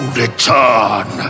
return